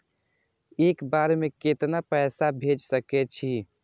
एक बार में केतना पैसा भेज सके छी?